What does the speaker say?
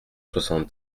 soixante